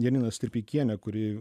janiną stripeikienę kuri